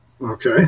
Okay